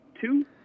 two